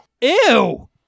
ew